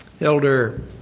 Elder